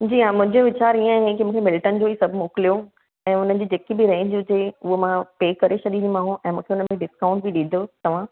जीअं हा मुंहिंजो वीचार इहो आहे की मूंखे मिल्टन जो ई सभु मोकिलियो ऐं हुनजी जेकी बि रेंज हुजे उहा मां पे करे छॾींदीमांव ऐं मूंखे हुन में डिस्काउंट बि ॾिजो तव्हां